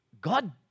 God